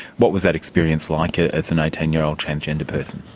what was that experience like as an eighteen year old transgender person?